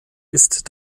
ist